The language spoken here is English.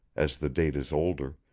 as the date is older,